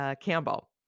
Campbell